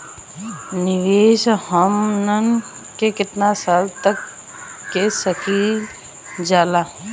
निवेश हमहन के कितना साल तक के सकीलाजा?